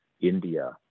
india